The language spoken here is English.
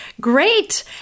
Great